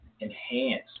enhance